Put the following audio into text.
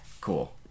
Cool